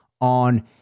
on